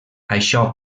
això